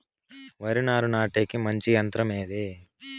వరి నారు నాటేకి మంచి యంత్రం ఏది?